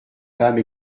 femme